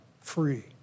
free